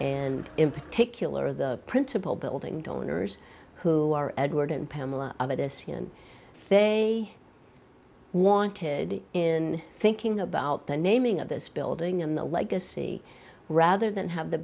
and in particular the principal building owners who are edward and pamela of this year and they wanted in thinking about the naming of this building and the legacy rather than have the